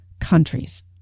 countries